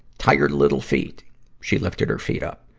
tired little feet she lifted her feet up.